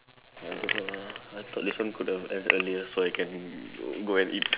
ya that's why lah I thought this one could have end earlier so I can go and eat